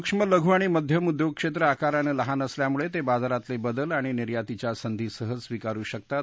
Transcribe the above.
सुक्ष्म लघू आणि मध्यम उद्योग क्षेत्रं आकारानं लहान असल्यामुळे ते बाजारातले बदल आणि निर्यातीच्या संधी सहज स्वीकारू शकतात